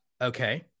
Okay